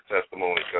testimony